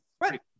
Right